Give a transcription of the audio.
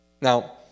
Now